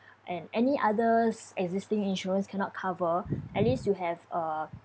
and any others existing insurance cannot cover at least you have uh